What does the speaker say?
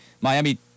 miami